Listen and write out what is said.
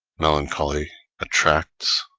melancholy attracts,